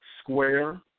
square